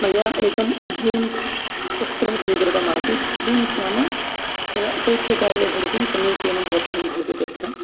मया एकं जीन्स्वस्त्रं स्वीकृतमासीत् जीन्स् नाम यदा शैत्यकाले धरतुं समीचीनं वस्त्रं भवति तच्च